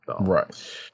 Right